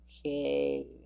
okay